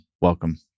welcome